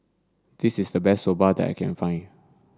this is the best Soba that I can find